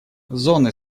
зоны